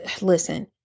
listen